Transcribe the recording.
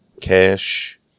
cash